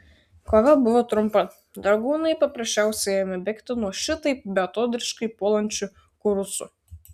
kova buvo trumpa dragūnai paprasčiausiai ėmė bėgti nuo šitaip beatodairiškai puolančių kurucų